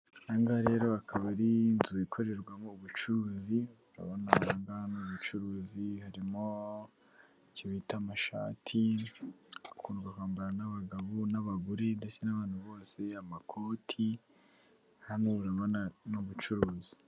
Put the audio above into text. Aha ngaha rero akaba ari inzu ikorerwamo ubucuruzi, urabona n'ubucuruzi burimo icyo bita amashati akundwa kwambarwa n'abagabo n'abagore ndetse n'abantu bose amakoti, hano urabona ni ubucuruzi.